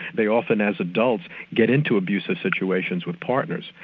they often as adults get into abusive situations with partners.